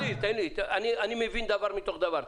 אני מבין דבר מתוך דבר.